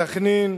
סח'נין,